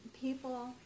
people